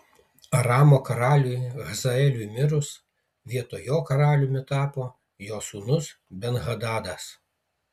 aramo karaliui hazaeliui mirus vietoj jo karaliumi tapo jo sūnus ben hadadas